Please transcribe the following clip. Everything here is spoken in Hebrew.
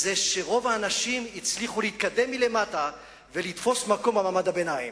זה שרוב האנשים הצליחו להתקדם מלמטה ולתפוס מקום במעמד הביניים.